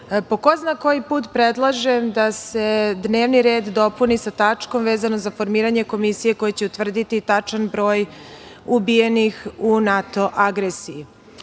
po ko zna koji put predlažem da se dnevni red dopuni sa tačkom vezano za formiranje komisije koja će utvrditi tačan broj ubijenih u NATO agresiji. Danas